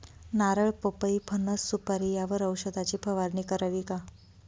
नारळ, पपई, फणस, सुपारी यावर औषधाची फवारणी करावी का?